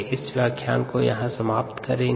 इस व्याख्यान को यहाँ समाप्त करेंगे